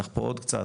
צריך פה עוד קצת,